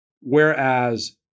Whereas